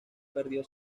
perdió